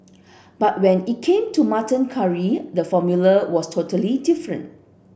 but when it came to mutton curry the formula was totally different